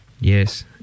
Yes